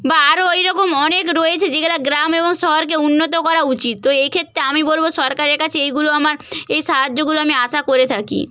বা আরও ওই রকম অনেক রয়েছে যেগুলো গ্রাম এবং শহরকে উন্নত করা উচিত তো এই ক্ষেত্রে আমি বলব সরকারের কাছে এইগুলো আমার এই সাহায্যগুলো আমি আশা করে থাকি